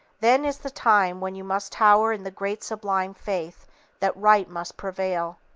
then is the time when you must tower in the great sublime faith that right must prevail,